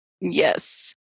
yes